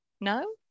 No